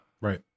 Right